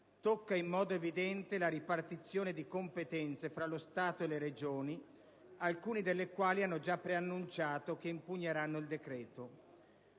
tocca in modo evidente la ripartizione di competenze fra lo Stato e le Regioni, alcune delle quali hanno già preannunciato che impugneranno il decreto.